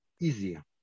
easier